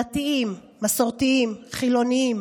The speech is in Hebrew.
דתיים, מסורתיים, חילונים,